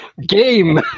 game